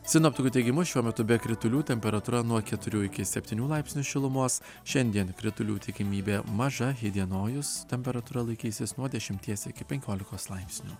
sinoptikų teigimu šiuo metu be kritulių temperatūra nuo keturių iki septynių laipsnių šilumos šiandien kritulių tikimybė maža įdienojus temperatūra laikysis nuo dešimties iki penkiolikos laipsnių